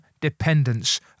dependence